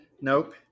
Nope